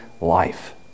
life